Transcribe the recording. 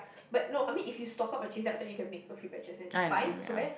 but no I mean if you stock up on jeans then after that you can make a few batches then it's fine so so bad